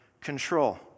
control